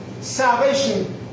salvation